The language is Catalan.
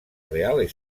real